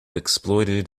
exploited